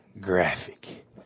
graphic